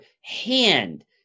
hand